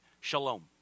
shalom